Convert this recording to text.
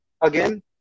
again